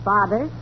Father